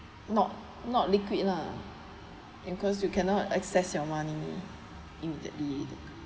not not liquid lah and cause you cannot access your money immediately